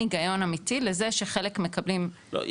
אין הגיון אמיתי לזה שחלק מקבלים שירותים מסוימים --- לא,